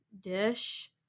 dish